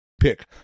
pick